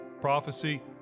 prophecy